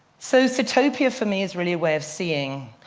so sitopia, for me, is really a way of seeing.